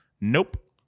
nope